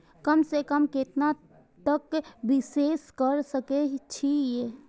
कम से कम केतना तक निवेश कर सके छी ए?